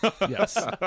yes